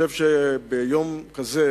ביום כזה